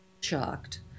shocked